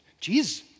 Jesus